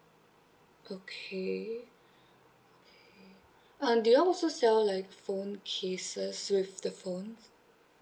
okay uh do you all also sell like phone cases with the phone